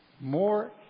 more